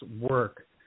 work